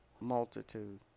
multitude